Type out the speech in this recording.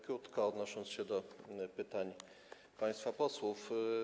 Krótko odniosę się do pytań państwa posłów.